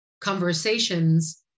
conversations